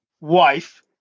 wife